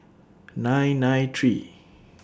nine nine three